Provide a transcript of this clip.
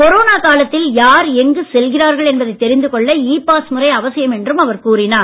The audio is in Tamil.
கொரோனா காலத்தில் யார் எங்கு செல்கிறார்கள் என்பதை தெரிந்து கொள்ள ஈ பாஸ் முறை அவசியம் என்றும் அவர் கூறினார்